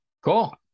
Cool